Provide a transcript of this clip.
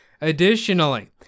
Additionally